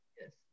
Yes